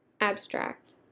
Abstract